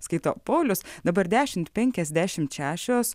skaito paulius dabar dešimt penkiasdešimt šešios